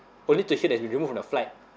only to hear that he's been removed from the flight